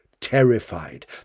terrified